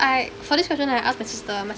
for this question I asked my sister